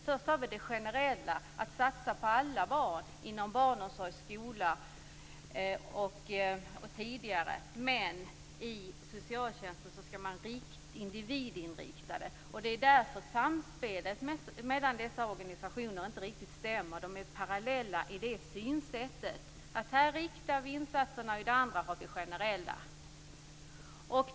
Först och främst gäller de generella insatserna för alla barn inom barnomsorg och skola. Inom socialtjänsten gäller en individinriktning. Det är därför samspelet mellan dessa organisationer inte riktigt stämmer. De är parallella i synsätten om riktade och generella insatser.